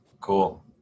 Cool